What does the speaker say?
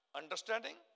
understanding